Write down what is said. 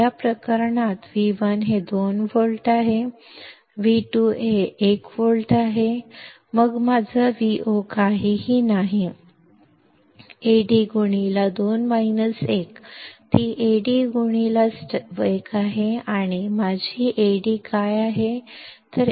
ಈ ಸಂದರ್ಭದಲ್ಲಿ V1 2 volt V2 1 volt ನಂತರ ನನ್ನ Vo Ad ಆಗಿರುತ್ತದೆ ಅದು Ad1 ಮತ್ತು ನನ್ನ Ad ಯಾವುದು